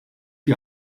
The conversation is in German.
die